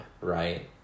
Right